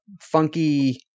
funky